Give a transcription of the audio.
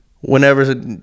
whenever